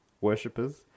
Worshippers